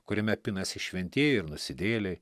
kuriame pinasi šventieji ir nusidėjėliai